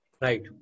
Right